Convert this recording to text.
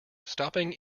stopping